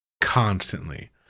constantly